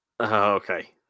Okay